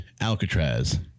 Alcatraz